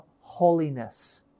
holiness